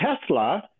Tesla